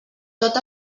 tot